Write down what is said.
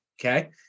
Okay